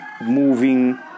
moving